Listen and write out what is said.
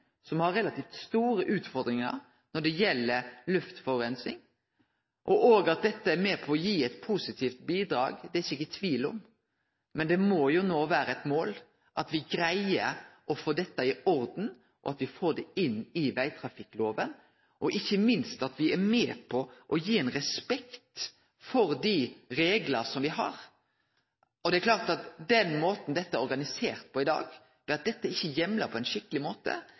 har relativt store utfordringar når det gjeld luftforureining. At dette tiltaket er eit positivt bidrag, er eg ikkje i tvil om. Men det må jo no vere eit mål at me greier å få dette i orden, at me får det inn i vegtrafikkloven, og ikkje minst at me må ha respekt for dei reglane me har. Det er klart at den måten dette er organisert på, ved at dette ikkje er heimla på ein skikkeleg måte,